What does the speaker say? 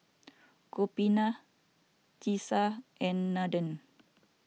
Gopinath Teesta and Nandan